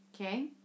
Okay